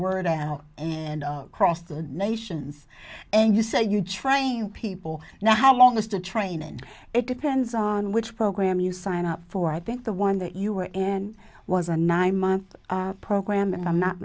word out and crossed the nations and you said you train people now how long is the train and it depends on which program you sign up for i think the one that you were in was a nine month program and i'm not